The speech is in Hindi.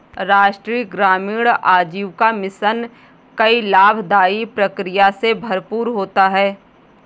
राष्ट्रीय ग्रामीण आजीविका मिशन कई लाभदाई प्रक्रिया से भरपूर होता है